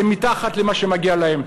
זה מתחת למה שמגיע להם.